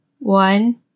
One